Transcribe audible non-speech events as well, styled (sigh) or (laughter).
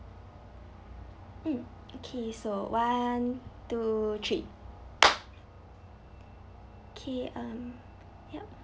um okay so one two three (noise) okay um yup